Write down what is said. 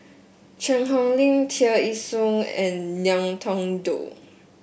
Cheang Hong Lim Tear Ee Soon and Ngiam Tong Dow